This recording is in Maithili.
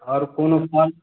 आओर कोनो फल